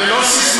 זה לא ססמה,